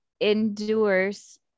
endures